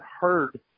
heard